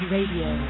Radio